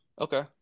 okay